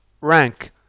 rank